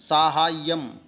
साहाय्यम्